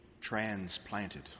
transplanted